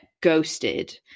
ghosted